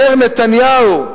אומר נתניהו: